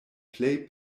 plej